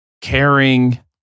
caring